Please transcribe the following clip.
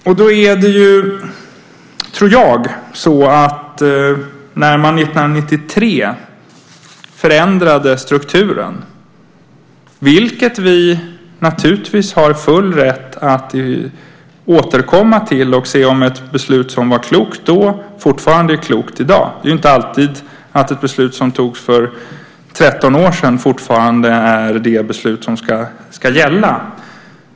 Man förändrade strukturen 1993, och vi har naturligtvis full rätt att återkomma och se om ett beslut som då var klokt fortfarande är klokt i dag. Det är inte alltid så att ett beslut som togs för 13 år sedan är det beslut som fortfarande ska gälla.